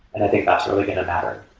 and i think that's really going to matter